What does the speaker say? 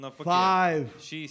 Five